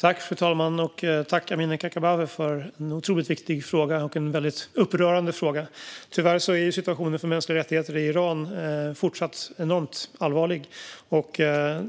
Fru talman! Tack, Amineh Kakabaveh, för en otroligt viktig och upprörande fråga! Tyvärr är situationen för mänskliga rättigheter i Iran fortfarande enormt allvarlig.